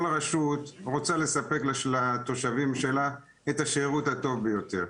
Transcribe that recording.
כל רשות רוצה לספק לתושבים שלה את השירות הטוב ביותר.